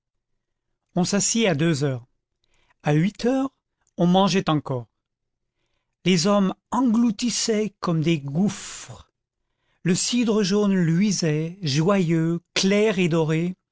on s'assit à deux heures a huit heures on mangeait encore les hommes déboutonnés en bras de chemise la face rougie engloutissaient comme des gouffres le cidre jaune luisait joyeux clair et doré